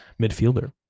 midfielder